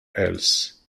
else